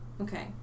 okay